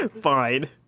Fine